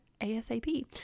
ASAP